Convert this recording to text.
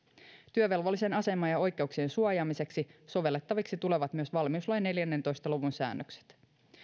työvelvollisen aseman ja oikeuksien suojaamiseksi sovellettaviksi tulevat myös valmiuslain neljäntoista luvun säännökset